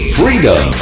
freedom